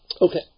Okay